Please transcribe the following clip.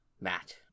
Matt